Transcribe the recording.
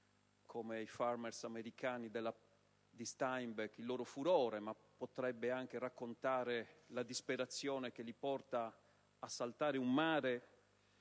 come i *farmers* americani di Steinbeck, il loro "Furore", ma potrebbe anche raccontare la disperazione che li porta a saltare un mare,